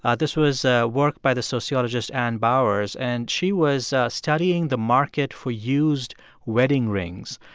ah this was a work by the sociologist anne bowers, and she was studying the market for used wedding rings.